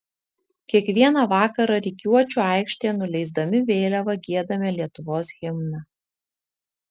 kiekvieną vakarą rikiuočių aikštėje nuleisdami vėliavą giedame lietuvos himną